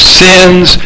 sins